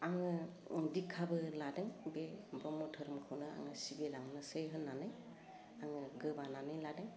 आङो उम द्दिख्खाबो लादों बे ब्रह्म धोरोमखौनो आङो सिबि लांनोसै होन्नानै आङो गोबानानै लादों